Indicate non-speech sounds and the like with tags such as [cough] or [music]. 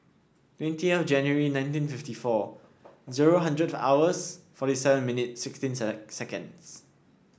[unintelligible] January nineteen fifty four zero hundred hours forty seven minute sixteen [unintelligible] seconds